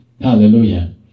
Hallelujah